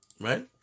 right